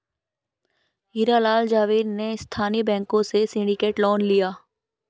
हीरा लाल झावेरी ने स्थानीय बैंकों से सिंडिकेट लोन लिया